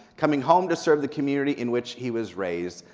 coming home to serve the community in which he was raised.